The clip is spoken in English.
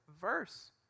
verse